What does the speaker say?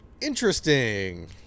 interesting